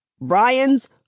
Brian's